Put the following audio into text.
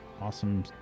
awesome